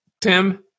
Tim